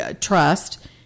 trust